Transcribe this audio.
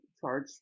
charge